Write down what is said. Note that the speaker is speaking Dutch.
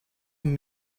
een